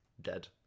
dead